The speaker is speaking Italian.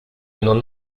non